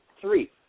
three